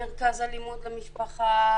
מרכז אלימות במשפחה,